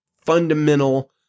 fundamental